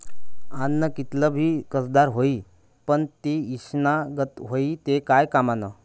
आन्न कितलं भी कसदार व्हयी, पन ते ईषना गत व्हयी ते काय कामनं